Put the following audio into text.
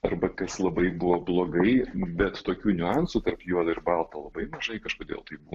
arba kas labai buvo blogai bet tokių niuansų tarp juoda ir balta labai mažai kažkodėl tai būna